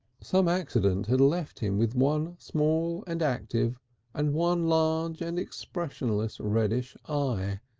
some accident had left him with one small and active and one large and expressionless reddish eye,